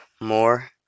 more